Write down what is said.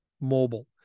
Mobile